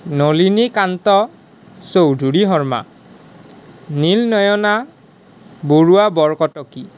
Nalinikanta Choudhurisharma Nilnayana Barua Borkotoky